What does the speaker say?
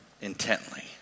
intently